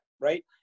right